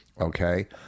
Okay